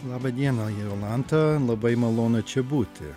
laba diena jolanta labai malonu čia būti